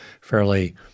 fairly